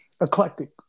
Eclectic